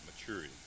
maturity